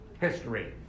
History